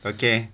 Okay